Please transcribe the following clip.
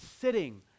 sitting